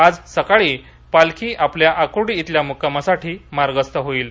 आज सकाळी पालखी आपल्या आकुर्डी इथल्या मुक्कामासाठी मार्गस्थ होईल